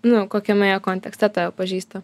nu kokiame jie kontekste tave pažįsta